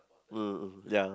mm ya